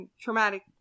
traumatic